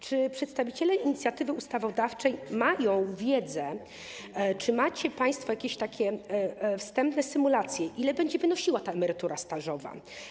Czy przedstawiciele inicjatywy ustawodawczej mają wiedzę, czy macie państwo jakieś takie wstępne symulacje, ile będzie wynosiła ta emerytura stażowa?